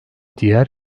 diğer